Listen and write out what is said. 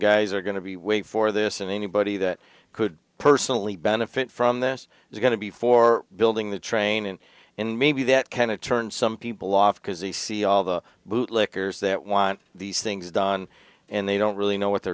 guys are going to be wait for this and anybody that could personally benefit from this is going to be for building the training and maybe that kind of turn some people off because they see all the bootlickers that want these things done and they don't really know what they're